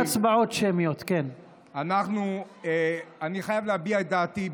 אני חייב להביע את דעתי,